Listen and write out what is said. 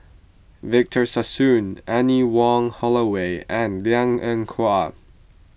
Victor Sassoon Anne Wong Holloway and Liang Eng Hwa